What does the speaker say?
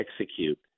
execute